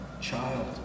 child